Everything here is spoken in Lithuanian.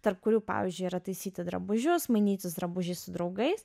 tarp kurių pavyzdžiui yra taisyti drabužius mainytis drabužiais su draugais